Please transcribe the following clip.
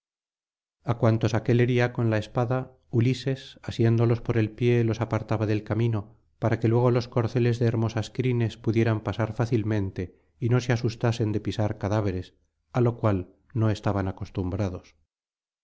a cuantos aquél hería con la espada ulises asiéndolos por el canto décimo isj pie los apartaba del camino para que luego los corceles de hermosas crines pudieran pasar fácilmente y no se asustasen de pisar cadáveres á lo cual no estaban acostumbrados